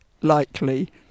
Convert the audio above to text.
likely